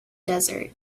desert